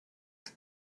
mais